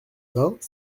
vingt